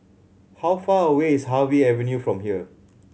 how far away is Harvey Avenue from here